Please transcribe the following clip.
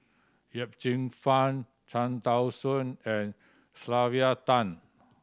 Yip Cheong Fun Cham Tao Soon and Sylvia Tan